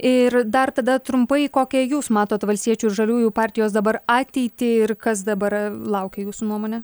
ir dar tada trumpai kokią jūs matot valstiečių ir žaliųjų partijos dabar ateitį ir kas dabar laukia jūsų nuomone